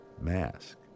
mask